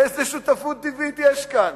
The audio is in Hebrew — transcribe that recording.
איזו שותפות טבעית יש כאן?